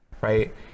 right